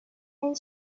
and